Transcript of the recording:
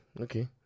okay